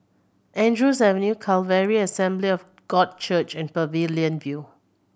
Andrews Avenue Calvary Assembly of God Church and Pavilion View